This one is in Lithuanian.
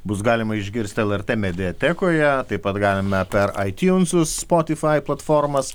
bus galima išgirsti lrt mediatekoje taip pat galima per aitiunsus spotify platformas